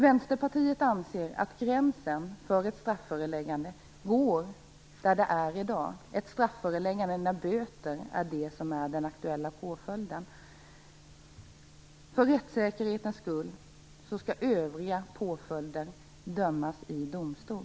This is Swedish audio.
Vänsterpartiet anser att gränsen för ett strafföreläggande går där den går i dag, dvs. att strafföreläggande kan förekomma när böter är den aktuella påföljden. För rättssäkerhetens skull skall övriga påföljder dömas i domstol.